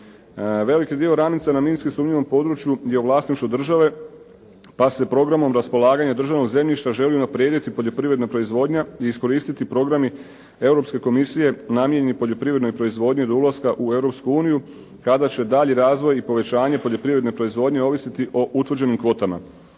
Veliki dio oranica na minski sumnjivom području je u vlasništvu države, pa se programom raspolaganja državnog zemljišta želi unaprijediti poljoprivredna proizvodnja i iskoristiti programi Europske komisije namijenjeni poljoprivrednoj proizvodnji do ulaska u Europsku uniju kada će dalji razvoj i povećanje poljoprivredne proizvodnje ovisiti o utvrđenim kvotama.